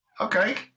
Okay